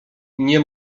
nie